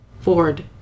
Ford